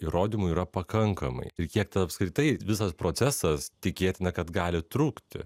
įrodymų yra pakankamai ir kiek ta apskritai visas procesas tikėtina kad gali trukti